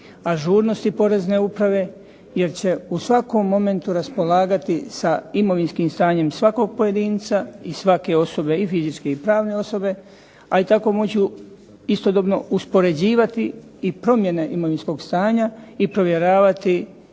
ažurnosti porezne uprave jer će u svakom momentu raspolagati sa imovinskim stanjem svakog pojedinca i svake osobe i fizičke i pravne osobe, a i tako moći istodobno uspoređivati i promjene imovinskog stanja i provjeravati